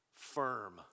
firm